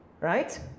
Right